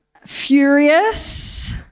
Furious